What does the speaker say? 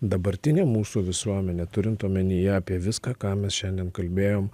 dabartinė mūsų visuomenė turint omenyje apie viską ką mes šiandien kalbėjom